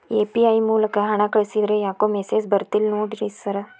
UPI ಮೂಲಕ ಹಣ ಕಳಿಸಿದ್ರ ಯಾಕೋ ಮೆಸೇಜ್ ಬರ್ತಿಲ್ಲ ನೋಡಿ ಸರ್?